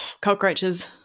Cockroaches